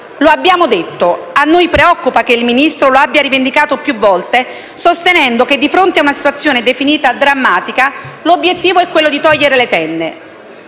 Lo abbiamo detto: a noi preoccupa che il Ministro lo abbia rivendicato più volte, sostenendo che, di fronte a una situazione definita drammatica, l'obiettivo è togliere le tende.